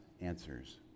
answers